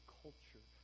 culture